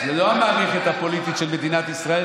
זו לא המערכת הפוליטית של מדינת ישראל,